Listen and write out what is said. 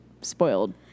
spoiled